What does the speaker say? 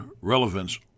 relevance